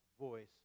voice